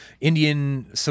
Indian